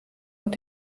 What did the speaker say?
und